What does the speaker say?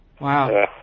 wow